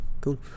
cool